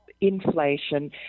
inflation